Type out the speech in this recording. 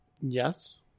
Yes